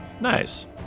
Nice